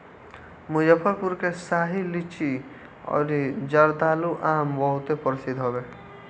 मुजफ्फरपुर के शाही लीची अउरी जर्दालू आम बहुते प्रसिद्ध हवे